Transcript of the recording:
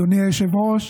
אדוני היושב-ראש,